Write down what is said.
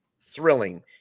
Thrilling